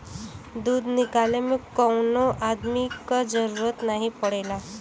दूध निकाले में कौनो अदमी क जरूरत नाही पड़ेला